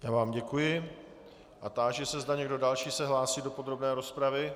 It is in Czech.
Já vám děkuji a táži se, zda někdo další se hlásí do podrobné rozpravy.